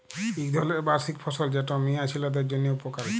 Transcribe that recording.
ইক ধরলের বার্ষিক ফসল যেট মিয়া ছিলাদের জ্যনহে উপকারি